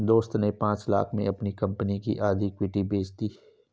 दोस्त ने पांच लाख़ में अपनी कंपनी की आधी इक्विटी बेंच दी